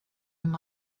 him